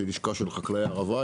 שהיא לשכה של חקלאי הערבה,